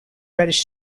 reddish